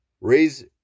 Raise